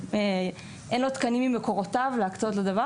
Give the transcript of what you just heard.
אין לו תקנים ממקורותיו להקצות לדבר